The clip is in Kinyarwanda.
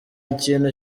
kintu